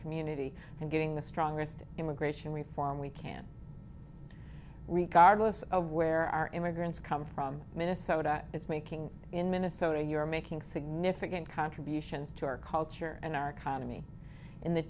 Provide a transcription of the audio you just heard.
community and getting the strongest immigration reform we can re cargoes of where our immigrants come from minnesota is making in minnesota you're making significant contribution to our culture and our economy in the